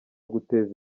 guteza